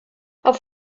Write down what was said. auf